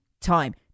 time